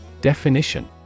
Definition